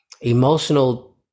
emotional